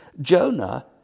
Jonah